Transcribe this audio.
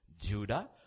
Judah